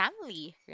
family